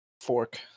Fork